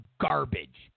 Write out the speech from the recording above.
garbage